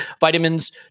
vitamins